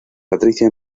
patricia